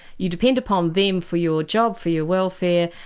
you depend upon them for your job, for your welfare.